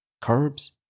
Curbs